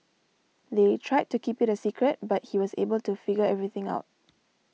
they tried to keep it a secret but he was able to figure everything out